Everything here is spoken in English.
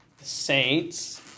Saints